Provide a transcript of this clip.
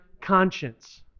conscience